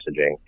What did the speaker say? messaging